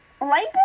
light